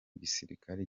gisirikare